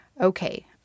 Okay